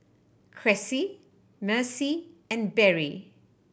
Cressie Mercy and Berry